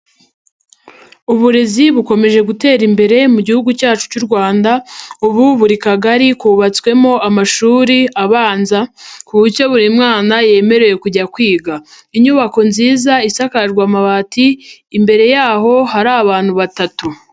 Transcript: Uburezi bukomeje gutera imbere mu gihugu cyacu cy'u Rwanda, ubu buri kagari kubatswemo amashuri abanza ku buryo buri mwana yemerewe kujya kwiga. Inyubako nziza isakajwe amabati, imbere yaho hari abantu batatu.